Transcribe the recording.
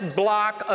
block